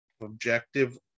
objective